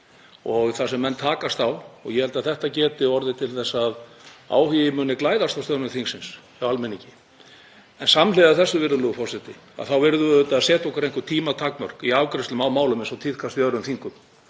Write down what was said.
mál þar sem menn takast á. Ég held að þetta geti orðið til þess að áhugi muni glæðast á störfum þingsins hjá almenningi. En samhliða þessu, virðulegur forseti, þá verðum við auðvitað að setja okkur einhver tímatakmörk í afgreiðslu á málum eins og tíðkast í öðrum þingum.